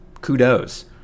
kudos